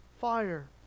fire